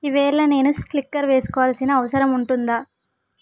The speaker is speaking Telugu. ఈవేళ నేను స్లిక్కర్ వేసుకోవాల్సిన అవసరం ఉంటుందా